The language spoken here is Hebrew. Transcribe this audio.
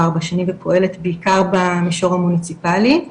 ארבע שנים ופועלת בעיקר במישור המוניציפאלי,